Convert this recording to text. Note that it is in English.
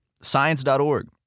Science.org